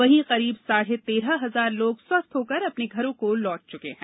वहीं करीब साढ़े तेरह हजार लोग स्वस्थ होकर अपने घरों को लौट चुके हैं